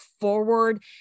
forward